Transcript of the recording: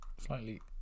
slightly